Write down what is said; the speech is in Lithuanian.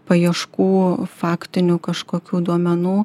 paieškų faktinių kažkokių duomenų